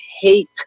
hate